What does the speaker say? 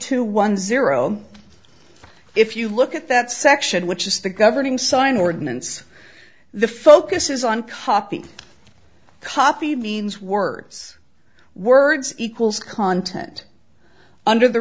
two one zero if you look at that section which is the governing sign ordinance the focus is on copy copied means words words equals content under the